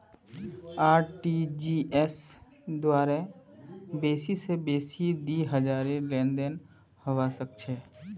RTGS द्वारे बेसी स बेसी दी लाखेर लेनदेन हबा सख छ